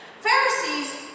Pharisees